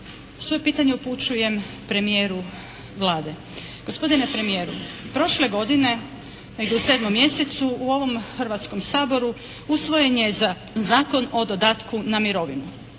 Svoje pitanje upućujem premijeru Vlade. Gospodine premijeru! Prošle godine, negdje u sedmom mjesecu u ovom Hrvatskom saboru usvojen je Zakon o dodatku na mirovinu.